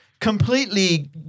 completely